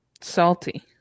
salty